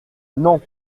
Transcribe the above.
non